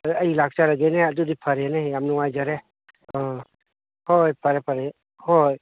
ꯑꯩ ꯂꯥꯛꯆꯔꯒꯦꯅꯦ ꯑꯗꯨꯗꯤ ꯐꯔꯦꯅꯦ ꯌꯥꯝ ꯅꯨꯡꯉꯥꯏꯖꯔꯦ ꯑꯥ ꯍꯣꯏ ꯍꯣꯏ ꯐꯔꯦ ꯐꯔꯦ ꯍꯣꯏ ꯍꯣꯏ